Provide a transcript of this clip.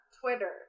Twitter